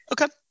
Okay